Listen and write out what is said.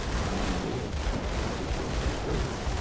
pneumonia like symptoms had been discovered.